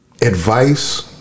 advice